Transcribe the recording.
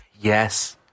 Yes